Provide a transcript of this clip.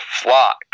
flock